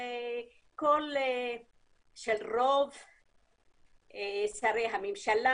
זה אומר רב מערכתי גם של רוב שרי הממשלה,